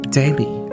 daily